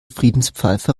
friedenspfeife